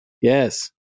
Yes